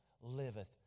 liveth